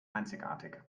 einzigartig